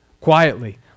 Quietly